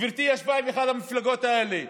גברתי ישבה עם אחת המפלגות האלה,